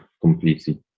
completely